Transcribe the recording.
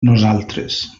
nosaltres